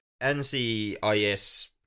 NCIS